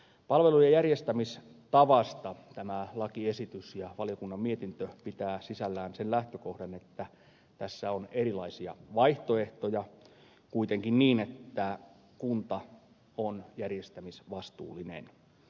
palvelujen järjestämistavasta tämä lakiesitys ja valiokunnan mietintö pitävät sisällään sen lähtökohdan että tässä on erilaisia vaihtoehtoja kuitenkin niin että kunta on järjestämisvastuullinen